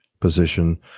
position